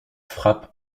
frappe